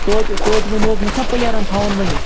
توتہِ توتہِ ؤنِو حظ مےٚ چھُنَہ پٕلیرن تھَاوُن ؤنِتھ